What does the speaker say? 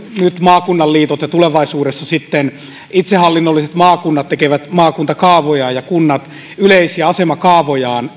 nyt maakunnan liitot ja tulevaisuudessa sitten itsehallinnolliset maakunnat tekevät maakuntakaavojaan ja kunnat yleisiä asemakaavojaan